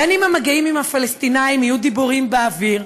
בין אם המגעים עם הפלסטינים יהיו דיבורים באוויר,